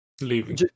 leaving